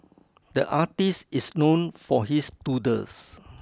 the artist is known for his doodles